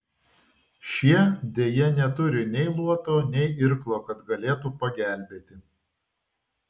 šie deja neturi nei luoto nei irklo kad galėtų pagelbėti